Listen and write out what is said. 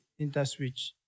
Interswitch